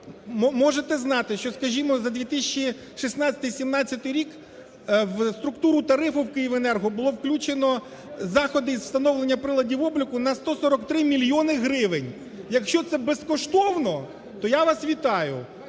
можете знати, що, скажімо, за 2016-2017 рік структуру тарифу в "Київенерго" було включено заходи із встановлення приладів обліку на 143 мільйони гривень. Якщо це безкоштовно, то я вас вітаю.